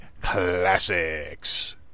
classics